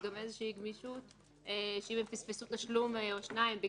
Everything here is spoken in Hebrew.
גם אם פספסו תשלום או שניים בשנה,